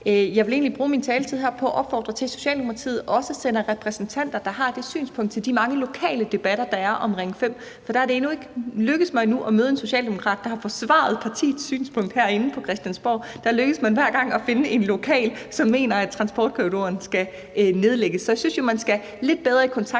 Jeg vil egentlig bruge min taletid her på at opfordre til, at Socialdemokratiet også sender repræsentanter, der har det synspunkt, til de mange lokale debatter, der er om Ring 5, for der er det endnu ikke lykkedes mig at møde en socialdemokrat, der har forsvaret partiets synspunkt herinde på Christiansborg. Der lykkes man hver gang med at finde en lokal socialdemokrat, som mener, at transportkorridoren skal nedlægges, så jeg synes, at man skal lidt bedre i kontakt